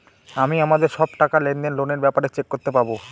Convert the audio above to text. আমি আমাদের সব টাকা, লেনদেন, লোনের ব্যাপারে চেক করতে পাবো